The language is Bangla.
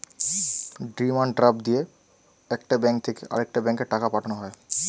ডিমান্ড ড্রাফট দিয়ে একটা ব্যাঙ্ক থেকে আরেকটা ব্যাঙ্কে টাকা পাঠানো হয়